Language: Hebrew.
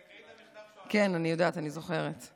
תקראי את המכתב שהוא ענה להם.